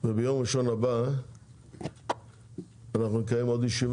וביום ראשון הבא אנחנו נקיים עוד ישיבה